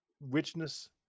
richness